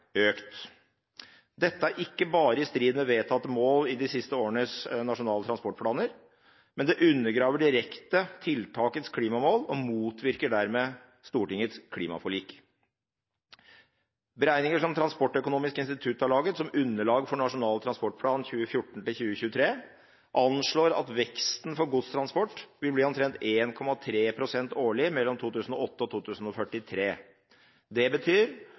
Dette er ikke bare i strid med vedtatte mål i de siste årenes nasjonale transportplaner, men det undergraver direkte tiltakets klimamål og motvirker dermed Stortingets klimaforlik. Beregninger som Transportøkonomisk institutt har laget som underlag for Nasjonal transportplan 2014–2023, anslår at veksten for godstransport vil bli omtrent 1,3 pst. årlig mellom 2008 og 2043. Det betyr